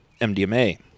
MDMA